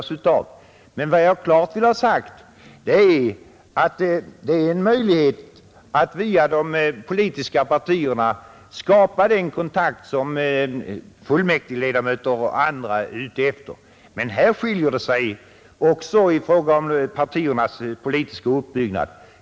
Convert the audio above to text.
Jag vill emellertid klart ha sagt att det är en möjlighet att via de politiska partierna skapa den kontakt som fullmäktigeledamöter och andra är ute efter. Men här är det också en skillnad i fråga om partiernas politiska uppbyggnad.